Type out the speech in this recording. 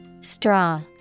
Straw